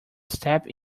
step